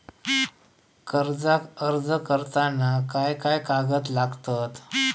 कर्जाक अर्ज करताना काय काय कागद लागतत?